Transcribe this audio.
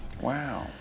Wow